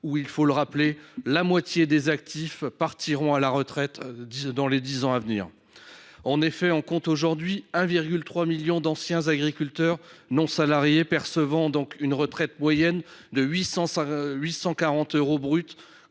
où, rappelons le, la moitié des actifs partiront à la retraite dans les dix ans à venir. On compte aujourd’hui 1,3 million d’anciens agriculteurs non salariés, percevant une retraite de 840 euros brut